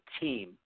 team